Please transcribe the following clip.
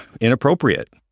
inappropriate